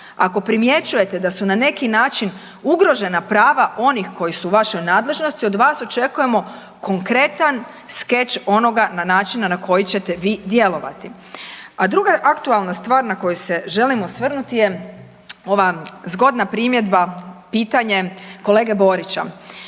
Ako primjećujete da su na neki način ugrožena prava onih koji su u vašoj nadležnosti, od vas očekujemo konkretan skeč onoga na način na koji ćete vi djelovati. A druga aktualna stvar na koju se želim osvrnuti je ova zgodna primjedba, pitanje kolege Borića.